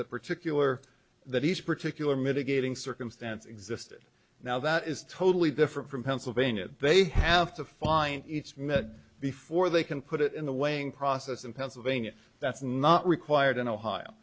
that particular that each particular mitigating circumstance existed now that is totally different from pennsylvania they have to find each minute before they can put it in the weighing process in pennsylvania that's not required in ohio